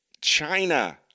China